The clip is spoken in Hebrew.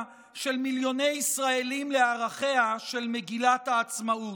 של מיליוני ישראלים לערכיה של מגילת העצמאות.